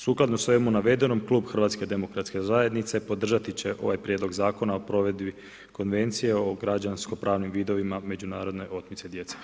Sukladno svemu navedenom, klub HDZ-a podržati će ovaj prijedlog Zakona o provedbi konvencije o građansko pravnim vidovima međunarodne otmice djece.